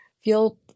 feel